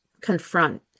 confront